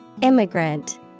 Immigrant